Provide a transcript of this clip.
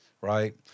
right